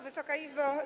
Wysoka Izbo!